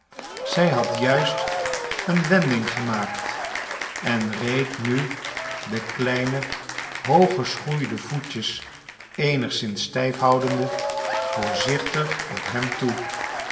zij had juist een wending gemaakt en reed nu de kleine hooggeschoeide voetjes eenigszins stijf houdende voorzichtig op hem toe